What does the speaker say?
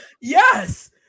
Yes